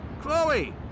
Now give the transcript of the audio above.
Chloe